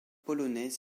polonais